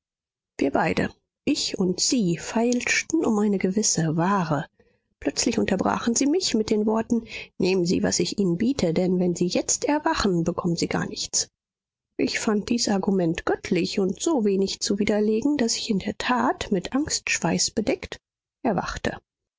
wir beide ich und sie feilschten um eine gewisse ware plötzlich unterbrachen sie mich mit den worten nehmen sie was ich ihnen biete denn wenn sie jetzt erwachen bekommen sie gar nichts ich fand dies argument göttlich und so wenig zu widerlegen daß ich in der tat mit angstschweiß bedeckt erwachte